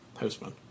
Houseman